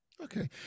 Okay